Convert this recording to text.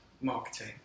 marketing